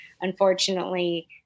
unfortunately